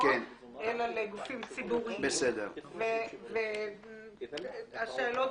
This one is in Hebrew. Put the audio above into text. אתה מתקדם, ואם שכנעת,